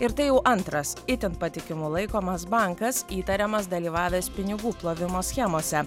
ir tai jau antras itin patikimu laikomas bankas įtariamas dalyvavęs pinigų plovimo schemose